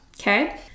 okay